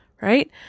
Right